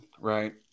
right